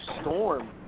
storm